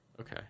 Okay